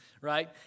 right